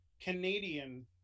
Canadian